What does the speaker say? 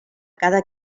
cada